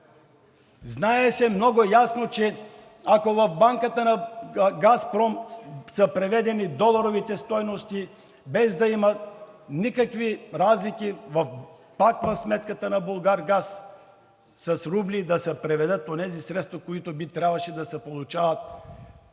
Знае се много ясно, че ако в банката на „Газпром“ са преведени доларовите стойности, без да има никакви разлики, пак в сметката на „Булгаргаз“ с рубли и да се преведат онези средства, с които би трябвало да се плати